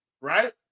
right